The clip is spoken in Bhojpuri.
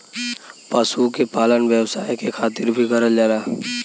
पशु के पालन व्यवसाय के खातिर भी करल जाला